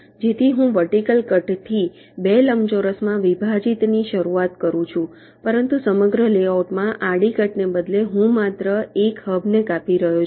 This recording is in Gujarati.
જેથી હું વર્ટિકલ કટથી 2 લંબચોરસમાં વિભાજિતની શરૂઆત કરું છું પરંતુ સમગ્ર લેઆઉટમાં આડી કટને બદલે હું માત્ર એક હબને કાપી રહ્યો છું